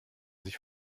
sich